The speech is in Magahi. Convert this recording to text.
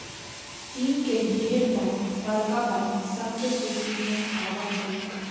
चीन के ढेर बैंक बड़का बैंक सब के सूची में आब हई